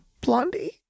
Blondie